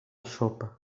sopa